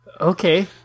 Okay